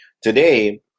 Today